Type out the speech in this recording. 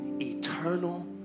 eternal